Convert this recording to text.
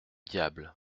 diable